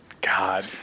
God